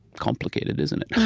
complicated, isn't it?